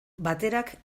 baterak